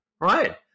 right